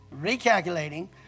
Recalculating